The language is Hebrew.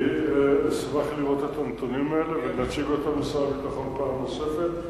אני אשמח לראות את הנתונים האלה ולהציג אותם לשר הביטחון פעם נוספת.